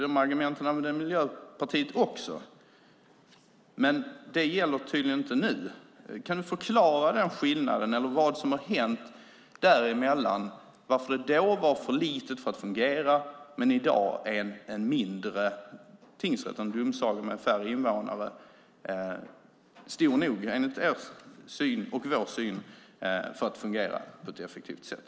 De argumenten använder Miljöpartiet också. Men de gäller tydligen inte nu. Kan du förklara skillnaden eller vad som har hänt däremellan, varför tingsrätten då var för liten för att fungera men att i dag är en mindre tingsrätt, en domsaga med färre invånare, stor nog, enligt er syn och vår syn, att fungera på ett effektivt sätt?